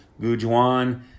Gujuan